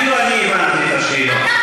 אפילו אני הבנתי את השאלות.